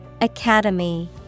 Academy